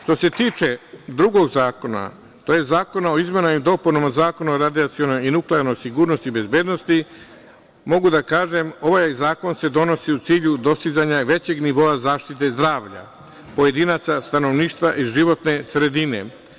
Što se tiče drugog zakona, tj. Zakona o izmenama i dopunama Zakona radijacionoj i nuklearnoj sigurnosti i bezbednosti, mogu da kažem da se ovaj zakon donosi u cilju dostizanja većeg nivoa zaštite zdravlja pojedinaca, stanovništva i životne sredine.